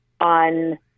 on